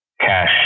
cash